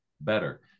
better